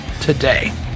today